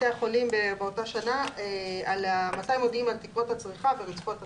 באותה שנה על מצב --- על תקרות הצריכה ורצפות הצריכה.